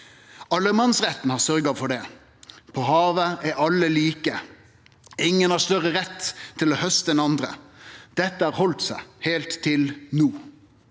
Allemannsretten har sørgt for det. På havet er alle like. Ingen har større rett til å hauste enn andre. Dette har halde seg, heilt til no.